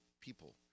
people